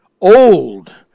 old